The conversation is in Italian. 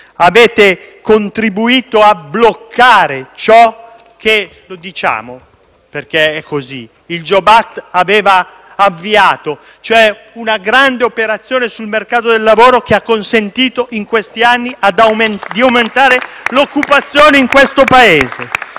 Avete contribuito a bloccare ciò che - lo diciamo, perché è così - il *jobs act* aveva avviato, cioè una grande operazione sul mercato del lavoro che ha consentito negli ultimi anni di aumentare l'occupazione nel Paese.